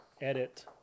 edit